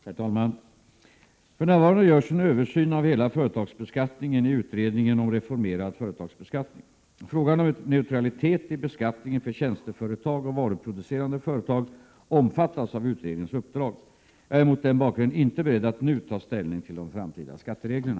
Herr talman! För närvarande görs en översyn av hela företagsbeskattningeniutredningen om reformerad företagsbeskattning. Frågan om neutralitet i beskattningen för tjänsteföretag och varuproducerande företag omfattas av utredningens uppdrag. Jag är mot denna bakgrund inte beredd att nu ta ställning till de framtida skattereglerna.